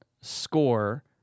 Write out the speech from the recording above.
score